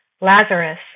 Lazarus